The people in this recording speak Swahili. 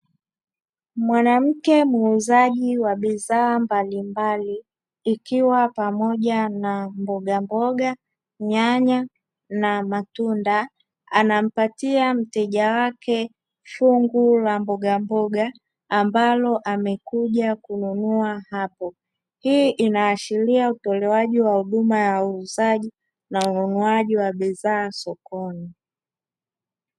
Mwanamke muuzaji wa bidhaa mbalimbali, ikiwa pamoja na; mbogamboga, nyanya, na matunda anampatia mteja wake fungu la mbogamboga ambalo amekuja kununua hapo. Hii inaashiria utolewaji wa huduma ya uuzaji na ununuaji wa bidhaa sokoni.